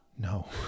No